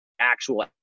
actual